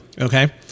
Okay